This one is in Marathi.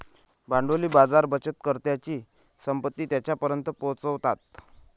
भांडवली बाजार बचतकर्त्यांची संपत्ती त्यांच्यापर्यंत पोहोचवतात